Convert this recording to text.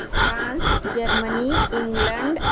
France Germany England